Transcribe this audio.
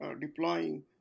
deploying